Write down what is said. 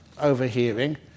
overhearing